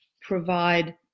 provide